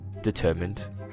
determined